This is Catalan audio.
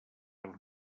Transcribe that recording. els